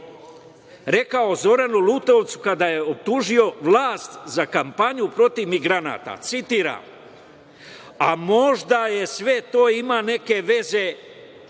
rekao Zoranu Lutovcu kada je optužio vlast za kampanju protiv migranata, citiram – a možda sve to ima neke veze,